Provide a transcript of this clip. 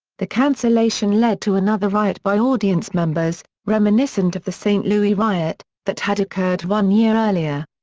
the cancellation led to another riot by audience members, reminiscent of the st. louis riot, that had occurred one year earlier.